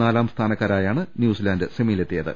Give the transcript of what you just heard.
നാലാം സ്ഥാനക്കാരായാണ് ന്യൂസിലാന്റ് സെമിയിലെത്തിയത്